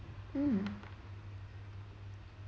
mm